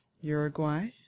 Uruguay